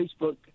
Facebook